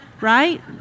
right